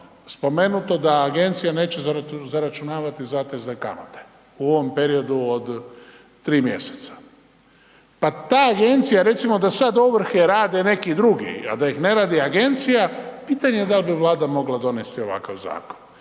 spomenuto da agencija neće zaračunavati zatezne kamate u ovom periodu od 3 mjeseca. Pa ta agencija, recimo, da sad ovrhe rade neki drugi, a da ih ne radi agencija, pitanje je da li bi Vlada mogla donijeti ovakav zakon.